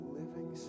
living